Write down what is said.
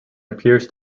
appears